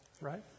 right